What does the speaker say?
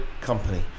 company